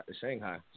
Shanghai